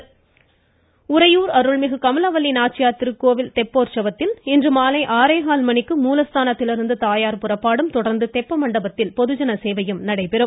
மமமமம கோவில் உறையூர் அருள்மிகு கமலவல்லி நாச்சியார் திருக்கோவிலில் நடைபெறும் தெப்ப உற்சவத்தில் இன்று மாலை ஆறேகால் மணிக்கு மூலஸ்தானத்திலிருந்து தாயார் புறப்பாடும் தொடர்ந்து தெப்ப மண்டபத்தில் பொதுஜன சேவையும் நடைபெறுகிறது